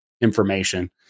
information